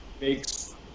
makes